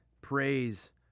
praise